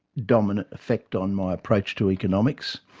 dominant effect on my approach to economics.